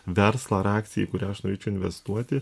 verslą ar akciją į kurią aš norėčiau investuoti